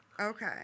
Okay